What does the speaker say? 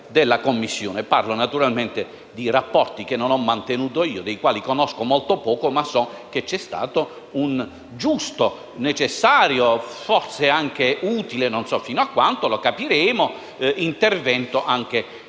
della Commissione. Parlo, naturalmente, di rapporti che non ho mantenuto io e dei quali so molto poco. So, però, che c'è stato un giusto, necessario e forse anche utile (non so fino a quanto, ma lo capiremo) intervento di altri